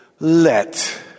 Let